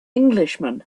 englishman